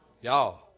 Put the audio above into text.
Y'all